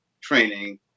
training